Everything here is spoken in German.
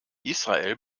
israel